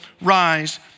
rise